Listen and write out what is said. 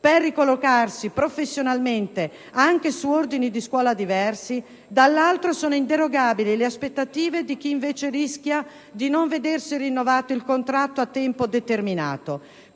per ricollocarsi professionalmente anche su ordini di scuola diversi, dall'altro, sono inderogabili le aspettative di chi invece rischia di non vedersi rinnovato il contratto a tempo determinato;